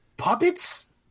puppets